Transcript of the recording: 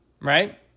right